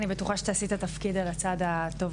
אני בטוחה שתעשי את התפקיד על הצד הטוב